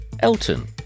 Elton